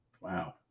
Wow